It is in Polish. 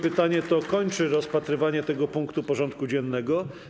Pytanie to kończy rozpatrywanie tego punktu porządku dziennego.